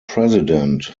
president